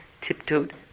tiptoed